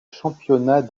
championnat